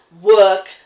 work